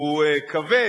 הוא כבד,